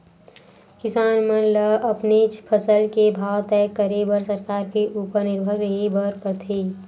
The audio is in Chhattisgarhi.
किसान मन ल अपनेच फसल के भाव तय करे बर सरकार के उपर निरभर रेहे बर परथे